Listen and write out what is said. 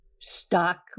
stock